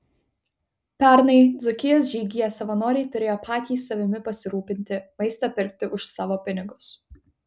pernai dzūkijos žygyje savanoriai turėjo patys savimi pasirūpinti maistą pirkti už savo pinigus